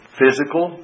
physical